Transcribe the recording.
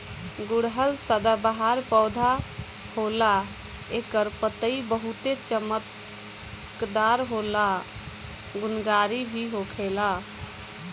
गुड़हल सदाबाहर पौधा होला एकर पतइ बहुते चमकदार होला आ गुणकारी भी होखेला